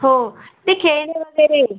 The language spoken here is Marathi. हो ते खेळणे वगैरे येईल